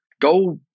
Go